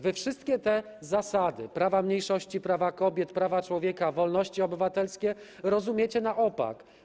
Wy wszystkie te zasady: prawa mniejszości, prawa kobiet, prawa człowieka, wolności obywatelskie rozumiecie na opak.